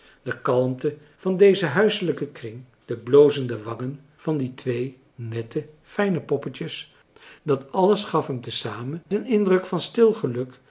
de kalmte van dezen huiselijken kring de blozende wangen van die twee nette fijne poppetjes dat alles gaf hem te zamen een indruk van stil geluk